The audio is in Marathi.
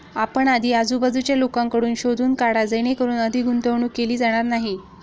आपण आधी आजूबाजूच्या लोकांकडून शोधून काढा जेणेकरून अधिक गुंतवणूक केली जाणार नाही